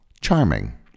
Charming